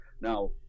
now